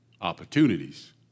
opportunities